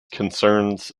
concerns